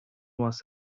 was